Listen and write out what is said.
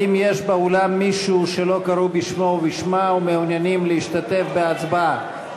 האם יש באולם מישהו שלא קראו בשמו או בשמה ומעוניינים להשתתף בהצבעה?